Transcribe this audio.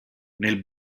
nel